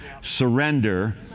surrender